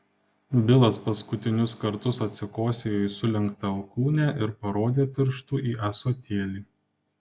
bilas paskutinius kartus atsikosėjo į sulenktą alkūnę ir parodė pirštu į ąsotėlį